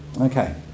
Okay